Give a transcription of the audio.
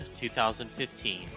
2015